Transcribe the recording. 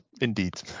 indeed